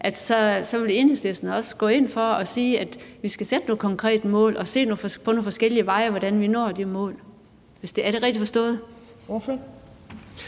at Enhedslisten også går ind for, at vi skal sætte nogle konkrete mål og se på nogle forskellige veje til, hvordan vi når de mål. Er det rigtigt forstået?